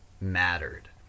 mattered